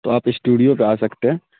تو آپ اسٹوڈیو پہ آ سکتے ہیں